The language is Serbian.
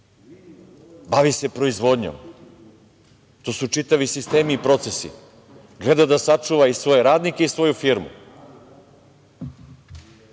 se proizvodnjom, to su čitavi sistemi i procesi, gleda da sačuva i svoje radnike i svoju firmu.